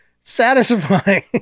satisfying